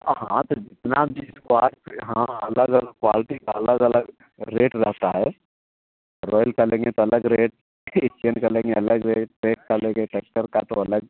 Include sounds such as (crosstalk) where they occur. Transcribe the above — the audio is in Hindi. हाँ तो जितना भी क्वा यहाँ अलग अलग क्वाल्टी का अलग अलग रेट रहता है रायल का अलग रेट एक्सचेंज का अलग ही अलग रेट (unintelligible) टेक्सचर का तो अलग